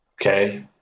Okay